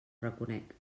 reconec